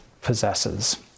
possesses